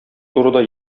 турыда